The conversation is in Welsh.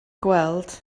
gweld